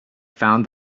found